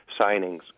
signings